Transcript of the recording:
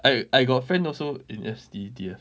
I I got friend also in S_C_D_F